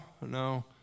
no